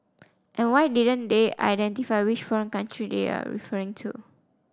and why didn't they identify which foreign country they are referring to